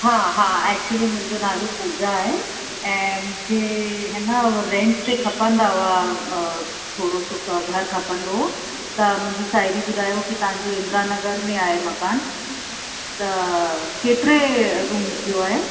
हा हा एक्चुली मुंहिंजो नालो पूजा आहे ऐं मूंखे है न रेंट ते खपंदा हुआ थोरो सो घरु खपंदो हुओ त मुंहिंजी साहेड़ी ॿुधायो की तव्हांजो इंद्रा नगर में आहे मकान त केतिरे रूम जो आहे